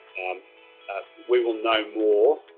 um we will know more